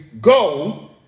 go